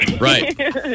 Right